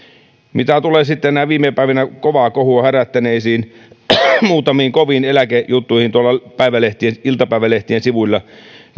mitä tulee sitten viime päivinä kovaa kohua herättäneisiin muutamiin koviin eläkejuttuihin tuolla iltapäivälehtien iltapäivälehtien sivuilla